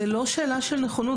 זו לא שאלה של נכונות,